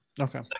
Okay